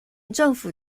政府